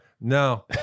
No